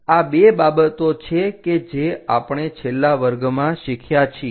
આ એ બાબતો છે કે જે આપણે છેલ્લા વર્ગમાં શીખ્યા છીએ